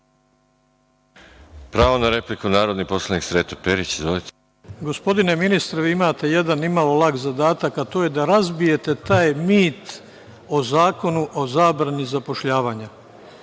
Pravo na repliku narodni poslanik Sreto Perić. Izvolite. **Sreto Perić** Gospodine ministre, imate jedan nimalo lak zadat, a to je da razbijete taj nit o Zakonu o zabrani zapošljavanja.